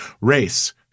race